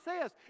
says